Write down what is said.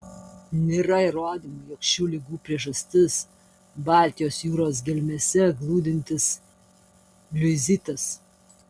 nėra įrodymų jog šių ligų priežastis baltijos jūros gelmėse glūdintis liuizitas